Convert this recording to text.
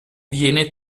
viene